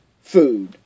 food